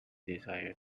desire